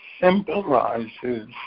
symbolizes